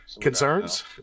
concerns